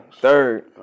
third